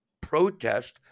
protest